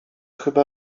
chyba